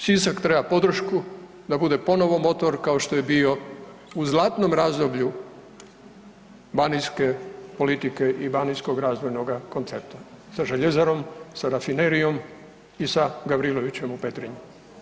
Sisak treba podršku da bude ponovo motor kao što je i bio u zlatnom razdoblju banijske politike i banijskog razvojnoga koncepta sa željezarom, sa rafinerijom i sa Gavrilovićem u Petrinji.